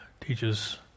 teaches